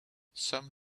some